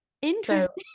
interesting